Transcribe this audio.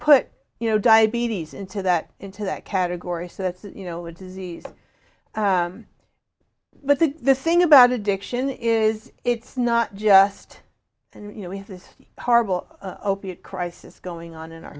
put you know diabetes into that into that category so that's you know a disease but the thing about addiction is it's not just and you know we have this horrible opiate crisis going on in our